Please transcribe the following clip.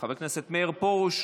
חבר הכנסת מאיר פרוש,